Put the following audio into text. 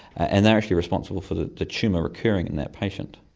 and they're actually responsible for the the tumour recurring in that patient.